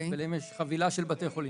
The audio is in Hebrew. ולהם יש חבילה של בתי חולים.